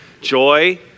Joy